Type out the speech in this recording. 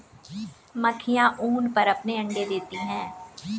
मक्खियाँ ऊन पर अपने अंडे देती हैं